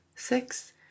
six